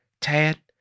Tad